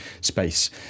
space